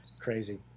crazy